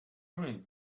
ruined